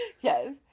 Yes